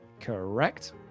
Correct